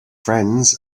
friends